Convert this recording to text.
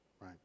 Right